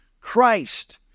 Christ